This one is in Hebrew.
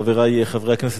חברי חברי הכנסת,